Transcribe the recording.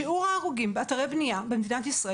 שיעור ההרוגים באתרי בנייה במדינת ישראל